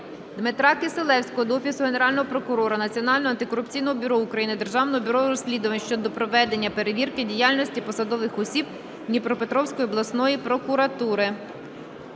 Дмитра Кисилевського до Офісу Генерального прокурора, Національного антикорупційного бюро України, Державного бюро розслідувань щодо проведення перевірки діяльності посадових осіб Дніпропетровської обласної прокуратури.